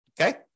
okay